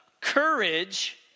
courage